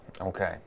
Okay